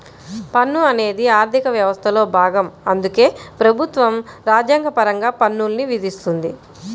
పన్ను అనేది ఆర్థిక వ్యవస్థలో భాగం అందుకే ప్రభుత్వం రాజ్యాంగపరంగా పన్నుల్ని విధిస్తుంది